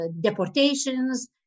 deportations